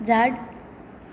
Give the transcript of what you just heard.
झाड